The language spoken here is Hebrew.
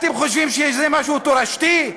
אתם חושבים שזה משהו תורשתי?